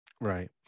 Right